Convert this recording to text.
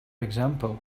example